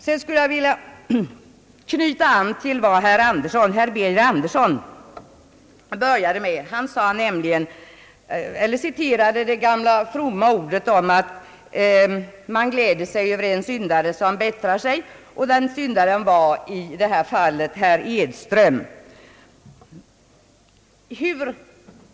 Sedan skulle jag vilja knyta an till vad herr Birger Andersson började sitt anförande med. Han citerade nämligen de gamla fromma orden om att man gläder sig över en syndare som bättrar sig. Den syndaren var i detta fall herr Edström.